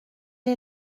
est